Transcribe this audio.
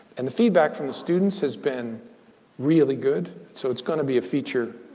and the feedback from the students has been really good. so it's going to be a feature,